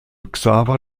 xaver